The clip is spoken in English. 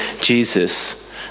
Jesus